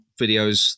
videos